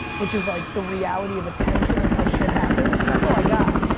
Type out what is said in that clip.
which is like the reality of attention and how shit happens, and that's all i got.